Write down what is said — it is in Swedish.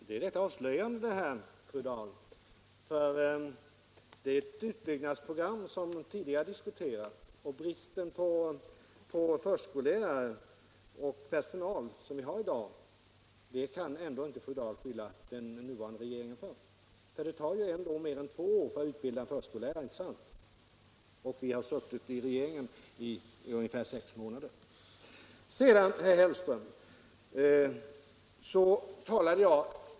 Herr talman! Det här är rätt avslöjande, fru Dahl. Det utbyggnadsprogram som vi tidigare diskuterat och den brist på förskollärare och personal som vi har i dag kan ändå inte fru Dahl beskylla den nuvarande regeringen för. Det tar ändå mer än två år att utbilda förskollärare och vi har suttit i regeringen ungefär sex månader. Herr Hellström!